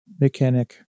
mechanic